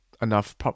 enough